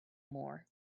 more